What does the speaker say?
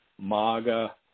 MAGA